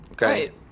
Right